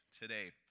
today